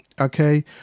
okay